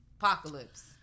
Apocalypse